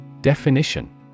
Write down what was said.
Definition